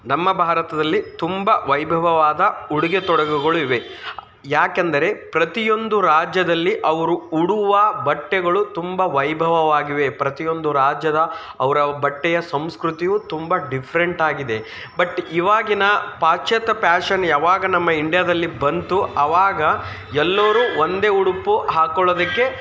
ನಮ್ಮ ಭಾರತದಲ್ಲಿ ತುಂಬ ವೈಭವವಾದ ಉಡುಗೆ ತೊಡುಗೆಗಳಿವೆ ಯಾಕೆಂದರೆ ಪ್ರತಿಯೊಂದು ರಾಜ್ಯದಲ್ಲಿ ಅವರು ಉಡುವ ಬಟ್ಟೆಗಳು ತುಂಬ ವೈಭವವಾಗಿವೆ ಪ್ರತಿಯೊಂದು ರಾಜ್ಯದ ಅವರ ಬಟ್ಟೆಯ ಸಂಸ್ಕೃತಿಯು ತುಂಬ ಡಿಫ್ರೆಂಟಾಗಿದೆ ಬಟ್ ಇವಾಗಿನ ಪಾಶ್ಚಾತ್ಯ ಪ್ಯಾಶನ್ ಯಾವಾಗ ನಮ್ಮ ಇಂಡಿಯಾದಲ್ಲಿ ಬಂತು ಆವಾಗ ಎಲ್ಲರೂ ಒಂದೇ ಉಡುಪು ಹಾಕೊಳ್ಳೋದಕ್ಕೆ